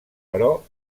però